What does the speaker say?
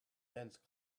dense